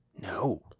No